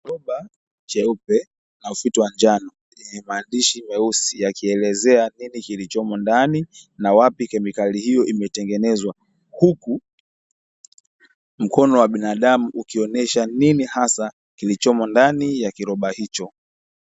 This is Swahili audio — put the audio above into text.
Kiroba cheupe na ufito wa njano chenye maandishi meusi yakielezea nini kilichomo ndani na wapi kemikali hiyo imetengenezwa, huku mkono wa binadamu ukionyesha nini hasa kilichomo ndani ya kiroba hicho.